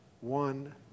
one